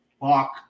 fuck